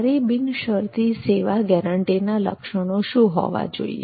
સારી બિનશરતી સેવા ગેરંટીના લક્ષણો શું હોવા જૉઈએ